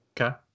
okay